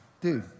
dude